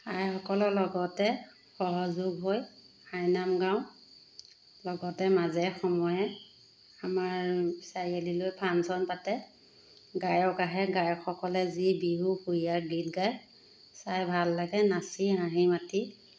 আইসকলৰ লগতে সহযোগ হৈ আইনাম গাওঁ লগতে মাজে সময়ে আমাৰ চাৰিআলিলৈ ফাংচন পাতে গায়ক আহে গায়কসকলে যি বিহুসুৰিয়া গীত গায় চাই ভাল লাগে নাচি হাঁহি মাতি